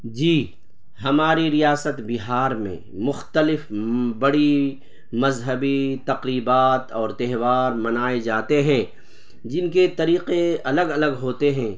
جی ہماری ریاست بہار میں مختلف بڑی مذہبی تقریبات اور تہوار منائے جاتے ہیں جن کے طریقے الگ الگ ہوتے ہیں